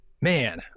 Man